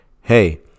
Hey